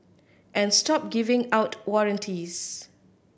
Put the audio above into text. and stop giving out warranties